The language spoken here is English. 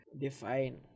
define